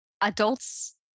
adults